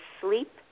sleep